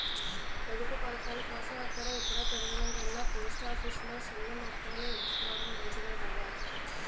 పొదుపు పదకాలకోసం అక్కడ ఇక్కడా తిరగడం కన్నా పోస్ట్ ఆఫీసు లో సిన్న మొత్తాలు ఎత్తుకోడం మంచిదే కదా